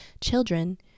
children